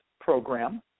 program